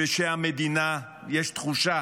וכשבמדינה יש תחושה